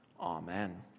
Amen